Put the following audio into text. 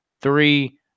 three